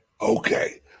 Okay